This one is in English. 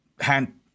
hand